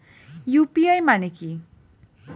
UPI মানে কি?